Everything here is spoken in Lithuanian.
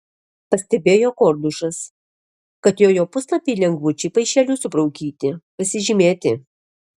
pastebėjo kordušas kad jojo puslapiai lengvučiai paišeliu subraukyti pasižymėti